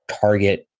target